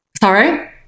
Sorry